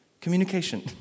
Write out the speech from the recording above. communication